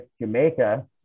jamaica